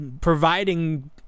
providing